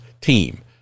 team